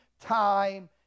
time